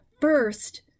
First